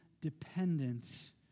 dependence